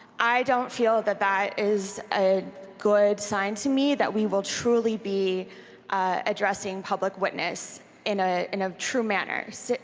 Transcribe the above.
i don't feel that that is a good sign to me that we will truly be addressing public witness in ah in a true maner. so